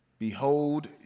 Behold